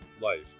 life